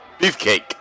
beefcake